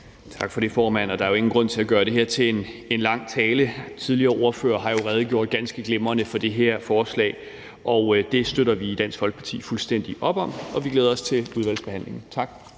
Tak for det, formand. Der er ingen grund til at gøre det her til en lang tale. Tidligere ordførere har jo redegjort ganske glimrende for det her forslag. Det støtter vi i Dansk Folkeparti fuldstændig op om, og vi glæder os til udvalgsbehandlingen. Tak.